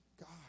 God